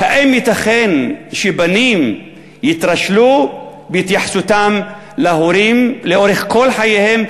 האם ייתכן שבנים יתרשלו בהתייחסותם להורים לאורך כל חייהם,